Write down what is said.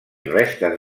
restes